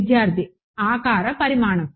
విద్యార్థి ఆకార పరిమాణం